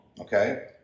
okay